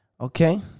Okay